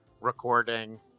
recording